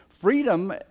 Freedom